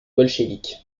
bolcheviks